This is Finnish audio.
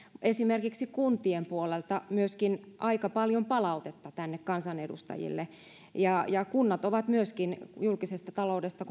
esimerkiksi kuntien puolelta myöskin aika paljon palautetta tänne kansanedustajille kunnat ovat myöskin kun julkisesta taloudesta